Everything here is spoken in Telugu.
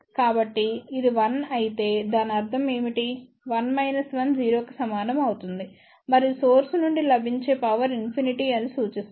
కాబట్టి ఇది 1 అయితేదాని అర్ధం ఏమిటి 1 మైనస్ 1 0 కి సమానం అవుతుంది మరియు సోర్స్ నుండి లభించే పవర్ ఇన్ఫినిటీ అని సూచిస్తుంది